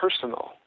personal